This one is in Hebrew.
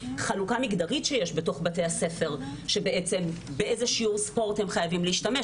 חלוקה מגדרית שיש בתוך בתי הספר - באיזה שיעור ספורט הם חייבים להשתתף,